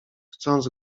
chcąc